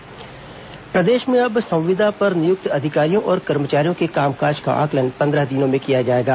संविदा नियुक्ति नियम प्रदेश में अब संविदा पर नियुक्त अधिकारियों और कर्मचारियों के कामकाज का आंकलन पन्द्रह दिनों में किया जाएगा